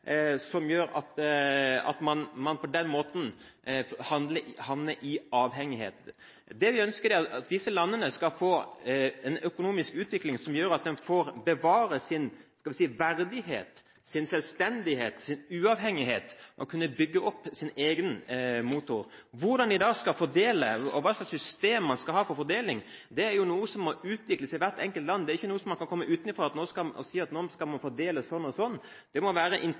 som gjør at man havner i avhengighet. Det vi ønsker, er at disse landene skal få en økonomisk utvikling som gjør at de kan bevare sin verdighet, sin selvstendighet og uavhengighet og kan bygge opp sin egen motor. Hvilket system man skal ha for fordeling, er noe som må utvikles i hvert enkelt land. Man kan ikke komme utenfra og si at ting skal fordeles slik eller slik. Det må være